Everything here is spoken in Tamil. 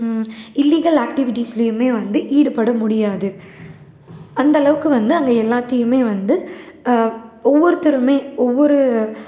இல்லீகல் ஆக்டிவிட்டிஸ்லையும் வந்து ஈடுபட முடியாது அந்தளவுக்கு வந்து அங்கே எல்லாத்தையும் வந்து ஒவ்வொருத்தரும் ஒவ்வொரு